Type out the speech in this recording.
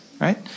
right